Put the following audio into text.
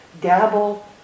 dabble